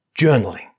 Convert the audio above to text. journaling